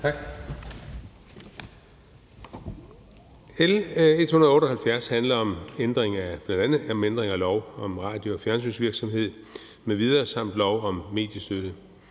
Tak. L 178 handler bl.a. om ændringer af lov om radio- og fjernsynsvirksomhed m.v. samt lov om mediestøtte